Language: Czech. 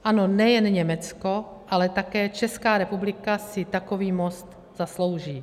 Ano, nejen Německo, ale také Česká republika si takový most zaslouží.